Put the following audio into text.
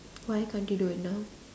why can't you do it now